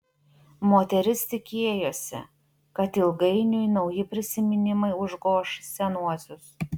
moteris tikėjosi kad ilgainiui nauji prisiminimai užgoš senuosius